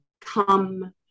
come